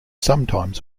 sometimes